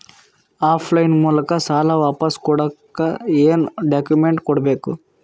Of line ಮೂಲಕ ಸಾಲ ವಾಪಸ್ ಕೊಡಕ್ ಏನು ಡಾಕ್ಯೂಮೆಂಟ್ಸ್ ಕೊಡಬೇಕು?